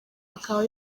akaba